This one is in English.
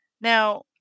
Now